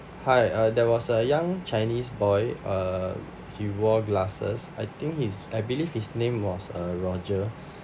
hi uh there was a young chinese boy uh he wore glasses I think his I believe his name was uh roger